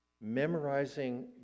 memorizing